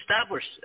established